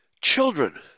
children